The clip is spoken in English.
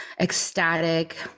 ecstatic